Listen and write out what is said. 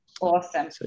Awesome